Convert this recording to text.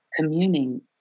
communing